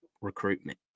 recruitment